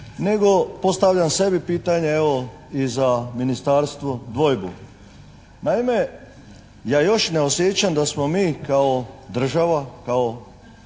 Nego postavljam sebi pitanje evo i za Ministarstvo dvojbu. Naime ja još ne osjećam da smo mi kao država, kao